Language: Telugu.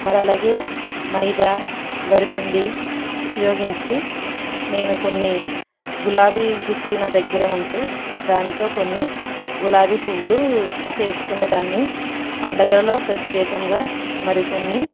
మరి అలాగే మైదా వరిపిండి ఉపయోగించి నేను కొన్ని గులాబీ గుత్తు నా దగ్గర ఉంటే దానితో కొన్ని గులాబీ పువ్వులు చేసుకునేదాన్ని పండుగలో ప్రత్యేకంగా మరి కొన్ని